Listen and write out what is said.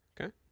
Okay